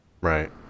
right